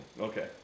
Okay